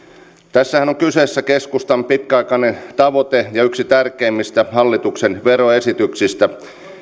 tässähän on kyseessä keskustan pitkäaikainen tavoite ja yksi tärkeimmistä hallituksen veroesityksistä